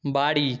বাড়ি